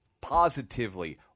positively